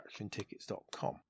attractiontickets.com